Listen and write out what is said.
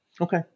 Okay